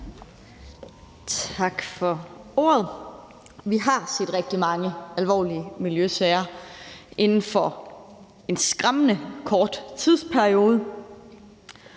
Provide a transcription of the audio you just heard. Tak for ordet. Vi har set rigtig mange alvorlige miljøsager inden for en skræmmende kort tidsperiode,